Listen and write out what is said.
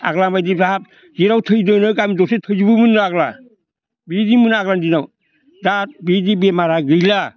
आग्लानि बायदि बिराद जेराव थैदोंनो गामि दरसे थैजोबोमोन नो आग्ला बिदिमोन आग्लानि दिनाव दा बिदि बेमारा गैला